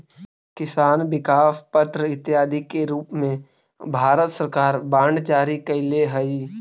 किसान विकास पत्र इत्यादि के रूप में भारत सरकार बांड जारी कैले हइ